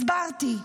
הסברתי.